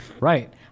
Right